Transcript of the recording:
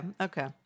okay